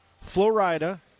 Florida